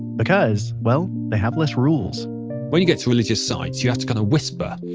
because, well, they have less rules when you get to religious sites you have to kind of whisper,